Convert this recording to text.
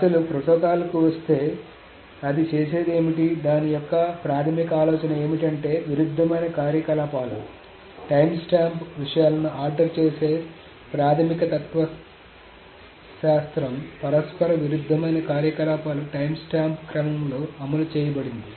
అసలు ప్రోటోకాల్కి వస్తే అది చేసేది ఏమిటంటే దాని యొక్క ప్రాథమిక ఆలోచన ఏమిటంటే విరుద్ధమైన కార్యకలాపాలు టైమ్స్టాంప్ విషయాలను ఆర్డర్ చేసే ప్రాథమిక తత్వశాస్త్రం పరస్పర విరుద్ధమైన కార్యకలాపాలు టైమ్స్టాంప్ క్రమంలో అమలు చేయబడింది